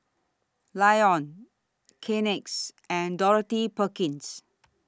Lion Kleenex and Dorothy Perkins